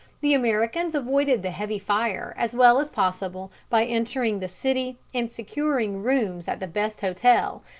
the americans avoided the heavy fire as well as possible by entering the city and securing rooms at the best hotel,